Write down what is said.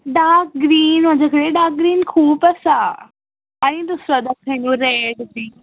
dark green म्हजे कडेन dark green खूब आसा आनी दुसरो दाखय रेड बीन